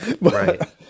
right